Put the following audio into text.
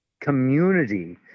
community